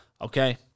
Okay